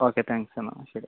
okay thanks എന്നാൽ ശരി